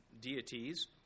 deities